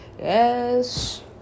Yes